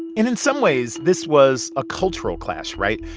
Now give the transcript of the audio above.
and in some ways, this was a cultural class, right?